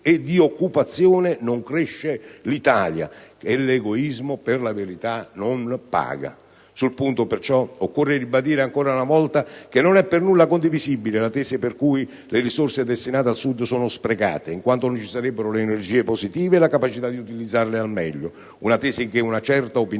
e di occupazione, non cresce nemmeno l'Italia; e l'egoismo, per la verità, non paga. Sul punto, perciò, occorre ribadire ancora una volta che non è per nulla condivisibile la tesi per cui le risorse destinate al Sud sono sprecate, in quanto non ci sarebbero le energie positive e le capacità di utilizzarle al meglio; una tesi che una certa opinione